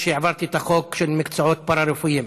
שהעברתי את החוק של מקצועות פארה-רפואיים,